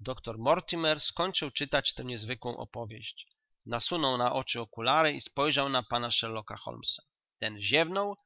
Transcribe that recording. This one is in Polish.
doktor mortimer skończył czytać tę niezwykłą opowieść nasunął na oczy okulary i spojrzał na pana sherlocka holmes ten ziewnął